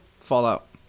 Fallout